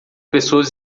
pessoas